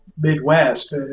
Midwest